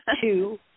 two